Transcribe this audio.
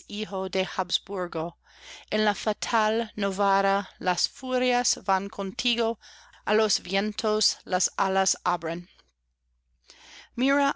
en la fatal novara las furias van contigo á los vientos las alas